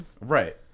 Right